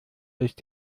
ist